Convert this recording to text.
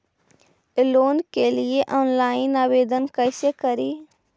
Loan के लिये online आवेदन कैसे करि?